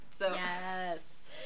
Yes